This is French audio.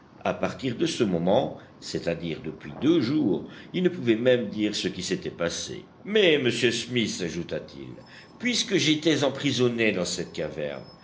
à partir de ce moment c'est-à-dire depuis deux jours il ne pouvait même dire ce qui s'était passé mais monsieur smith ajouta-t-il puisque j'étais emprisonné dans cette caverne